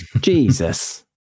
Jesus